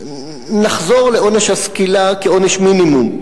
נחזור לעונש הסקילה כעונש מינימום.